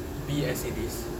be as it is